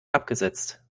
abgesetzt